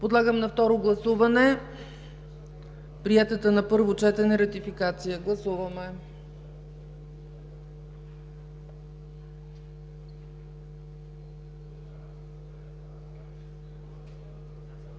Подлагам на второ гласуване приетата на първо четене ратификация. Гласували